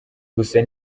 gusa